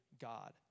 God